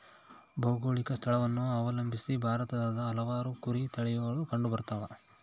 ಭೌಗೋಳಿಕ ಸ್ಥಳವನ್ನು ಅವಲಂಬಿಸಿ ಭಾರತದಾಗ ಹಲವಾರು ಕುರಿ ತಳಿಗಳು ಕಂಡುಬರ್ತವ